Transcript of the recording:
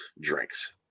drinks